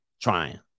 trying